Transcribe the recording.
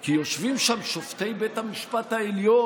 כי יושבים שם שופטי בית המשפט העליון.